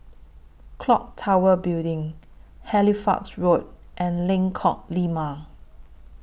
Clock Tower Building Halifax Road and Lengkong Lima